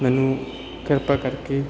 ਮੈਨੂੰ ਕਿਰਪਾ ਕਰਕੇ